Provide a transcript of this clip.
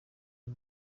uyu